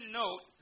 note